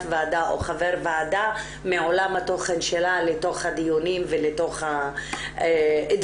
או חבר ועדה מעולם התוכן שלה לתוך הדיונים ולתוך האתגרים